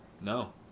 no